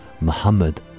Muhammad